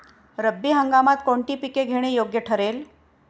रब्बी हंगामात कोणती पिके घेणे योग्य ठरेल?